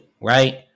right